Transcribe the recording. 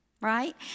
Right